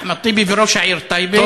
אחמד טיבי וראש העיר טייבה.